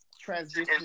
transition